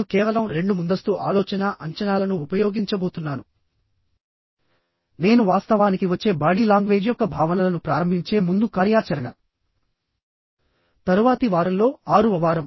నేను కేవలం రెండు ముందస్తు ఆలోచనా అంచనాలను ఉపయోగించబోతున్నాను నేను వాస్తవానికి వచ్చే బాడీ లాంగ్వేజ్ యొక్క భావనలను ప్రారంభించే ముందు కార్యాచరణ తరువాతి వారంలో 6వ వారం